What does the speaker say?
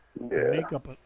makeup